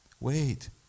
Wait